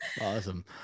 Awesome